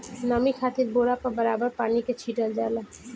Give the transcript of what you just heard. नमी खातिर बोरा पर बराबर पानी के छीटल जाला